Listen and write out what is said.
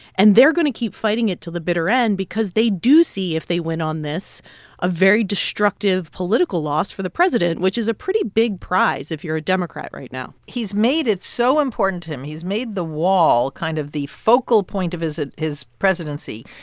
and they're going to keep fighting it to the bitter end because they do see if they win on this a very destructive political loss for the president, which is a pretty big prize if you're a democrat right now he's made it so important to him. he's made the wall kind of the focal point of his presidency,